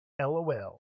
lol